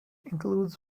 includes